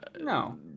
no